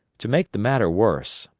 to make the matter worse,